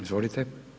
Izvolite.